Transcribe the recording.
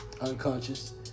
unconscious